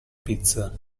pizza